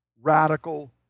radical